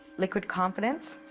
liquid confidence.